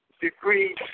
degree